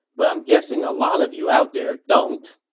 but i'm guessing a lot of you out there don't.